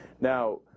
Now